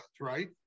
right